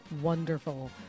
wonderful